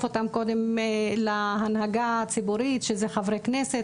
אותם קודם להנהגה הציבורית שזה חברי כנסת,